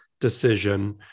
decision